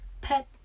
pet